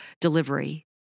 delivery